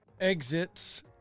exits